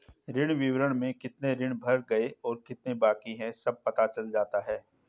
ऋण विवरण में कितने ऋण भर गए और कितने बाकि है सब पता चल जाता है